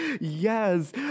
Yes